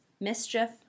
Mischief